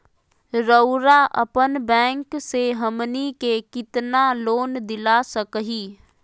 रउरा अपन बैंक से हमनी के कितना लोन दिला सकही?